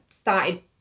started